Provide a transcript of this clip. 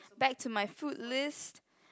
back to my food list